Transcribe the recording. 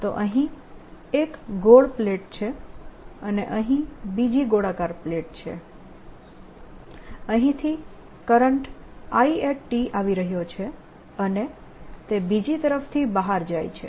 તો અહીં એક ગોળ પ્લેટ છે અને અહીં બીજી ગોળાકાર પ્લેટ છે અહીંથી કરંટ I આવી રહ્યો છે અને તે બીજી તરફથી બહાર જાય છે